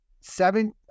seven